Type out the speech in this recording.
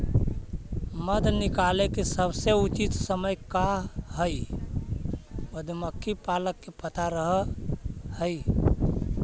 मध निकाले के सबसे उचित समय का हई ई मधुमक्खी पालक के पता रह हई